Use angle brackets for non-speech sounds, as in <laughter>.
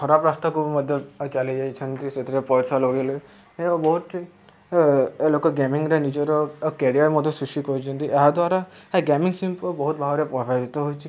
ଖରାପ ରାସ୍ତାକୁ ମଧ୍ୟ ଚାଲିଯାଇଛନ୍ତି ସେଥିରେ ପଇସା ଲଗେଇଲେ ଏବଂ ବହୁତ ଲୋକ ଗେମିଂରେ ନିଜର କ୍ୟାରିୟର ମଧ୍ୟ ସୃଷ୍ଟି କରିଛନ୍ତି ଏହା ଦ୍ୱାରା ଏ ଗେମିଂ <unintelligible> ବହୁତ ଭାବରେ ପ୍ରଭାବିତ ହୋଇଛି